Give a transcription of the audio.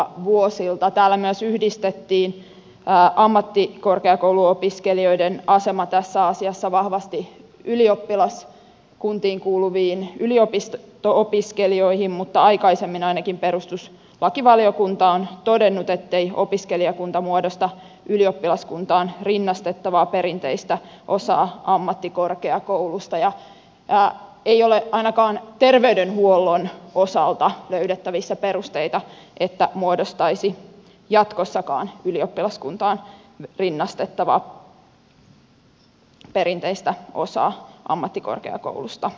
täällä myös yhdistettiin ammattikorkeakouluopiskelijoiden asema tässä asiassa vahvasti ylioppilaskuntiin kuuluviin yliopisto opiskelijoihin mutta aikaisemmin ainakin perustuslakivaliokunta on todennut ettei opiskelijakunta muodosta ylioppilaskuntaan rinnastettavaa perinteistä osaa ammattikorkeakoulusta eikä ole ainakaan terveydenhuollon osalta löydettävissä perusteita että muodostaisi jatkossakaan ylioppilaskuntaan rinnastettavaa perinteistä osaa ammattikorkeakoulusta